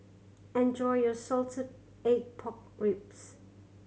enjoy your salted egg pork ribs